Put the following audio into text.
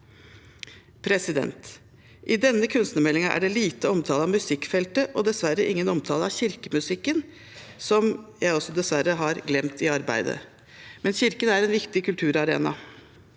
landet. I denne kunstnermeldingen er det lite omtale av musikkfeltet og dessverre ingen omtale av kirkemusikken, som også jeg dessverre har glemt i arbeidet, men kirken er en viktig kulturarena.